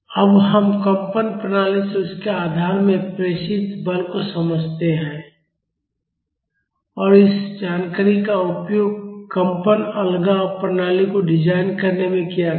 अब हम कंपन प्रणाली से उसके आधार में प्रेषित बल को समझते हैं और इस जानकारी का उपयोग कंपन अलगाव प्रणाली को डिजाइन करने में किया जाएगा